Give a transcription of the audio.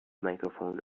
microphone